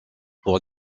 pour